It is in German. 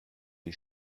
die